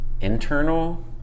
internal